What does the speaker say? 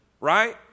Right